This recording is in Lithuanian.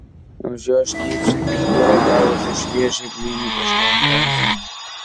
už jo šnypštė keptuvė gavusi šviežią blynų tešlos dozę